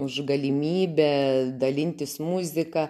už galimybę dalintis muzika